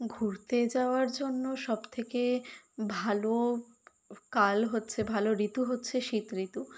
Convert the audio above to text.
ঘুরতে যাওয়ার জন্য সবথেকে ভালো কাল হচ্ছে ভালো ঋতু হচ্ছে শীত ঋতু